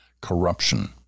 corruption